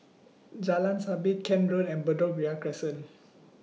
Jalan Sabit Kent Road and Bedok Ria Crescent